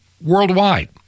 worldwide